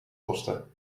kosten